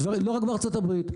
לא רק בארצות הברית.